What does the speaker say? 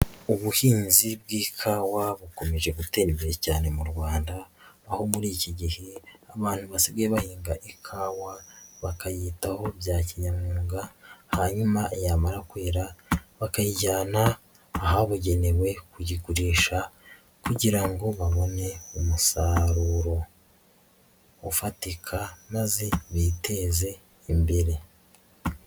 Ubuhinzi bw'ikawa bukomeje gutera imbere cyane mu Rwanda, aho muri iki gihe abantu basigaye bahinga ikawa bakayitaho bya kinyamwuga hanyuma yamara kwera bakayijyana ahabugenewe kuyigurisha kugira ngo babone umusaruro ufatika maze biteze imbere.